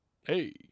Hey